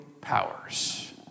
powers